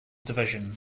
division